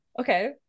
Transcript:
Okay